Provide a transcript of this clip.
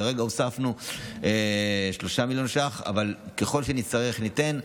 כרגע הוספנו 3 מיליון ש"ח, אבל ככל שנצטרך, ניתן.